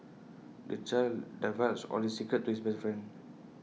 the child divulged all his secrets to his best friend